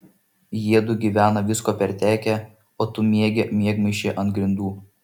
jiedu gyvena visko pertekę o tu miegi miegmaišy ant grindų